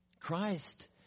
Christ